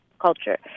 culture